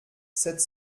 sept